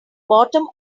bottom